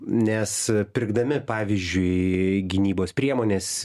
nes pirkdami pavyzdžiui gynybos priemones